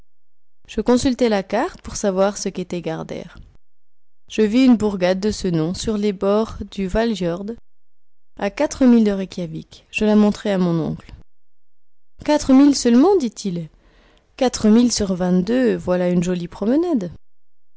je consultai la carte pour savoir ce qu'était gardr je vis une bourgade de ce nom sur les bords du hvaljrd à quatre milles de reykjawik je la montrai à mon oncle quatre milles seulement dit-il quatre milles sur vingt-deux voilà une jolie promenade